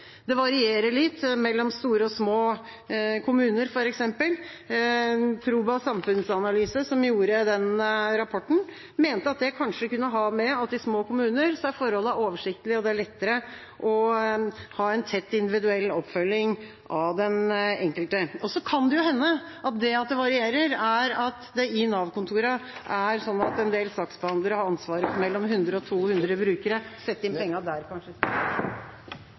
Det varierer litt mellom f.eks. store og små kommuner. Proba samfunnsanalyse, som skrev den rapporten, mente at det kanskje kunne komme av at i små kommuner er forholdene oversiktlige, og det er lettere å ha en tett individuell oppfølging av den enkelte. Så kan det hende at det at det varierer, kan komme av at det i Nav-kontoret er sånn at en del saksbehandlere har ansvaret for mellom 100 og 200 brukere. Sett inn pengene der….